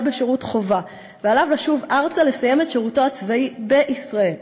בשירות חובה ועליו לשוב ארצה לסיים את שירותו הצבאי בישראל.